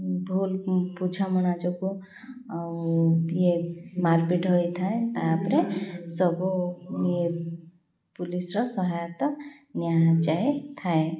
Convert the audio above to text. ଭୁଲ ବୁଝାମଣା ଯୋଗୁଁ ଆଉ ଇଏ ମାର୍ପିଟ୍ ହୋଇଥାଏ ତା'ପରେ ସବୁ ଇଏ ପୋଲିସର ସହାୟତା ନିଆଯାଇ ଥାଏ